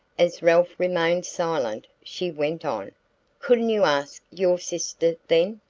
as ralph remained silent, she went on couldn't you ask your sister, then?